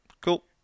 Cool